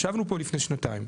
ישבנו פה לפני שנתיים,